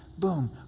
boom